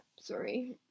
sorry